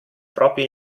proprio